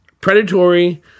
Predatory